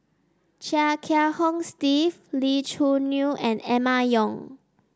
Chia Kiah Hong Steve Lee Choo Neo and Emma Yong